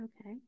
Okay